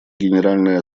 генеральная